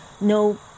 no